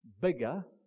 bigger